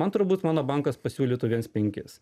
man turbūt mano bankas pasiūlytų viens penkis